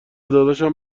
داداشم